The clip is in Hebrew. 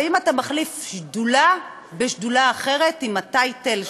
האם אתה מחליף שדולה בשדולה אחרת עם הטייטל של,